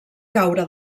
caure